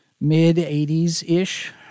mid-80s-ish